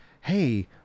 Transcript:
hey